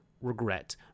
regret